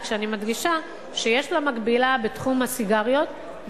ואני מדגישה שיש לה מקבילה בתחום הסיגריות,